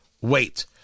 wait